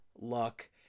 luck